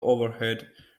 overhead